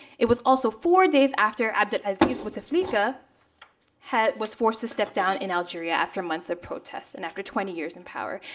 it was also four days after abdelaziz bouteflika was forced to step down in algeria after months of protests, and after twenty years in power.